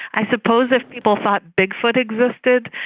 i suppose if people thought bigfoot existed,